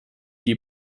die